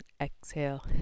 Exhale